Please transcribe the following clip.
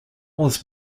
was